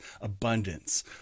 abundance